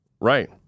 Right